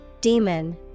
Demon